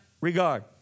regard